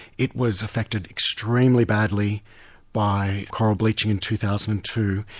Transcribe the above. it was affected extremely badly by coral bleaching in two thousand and two,